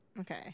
Okay